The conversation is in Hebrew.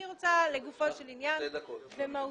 לגופו של עניין מהותית,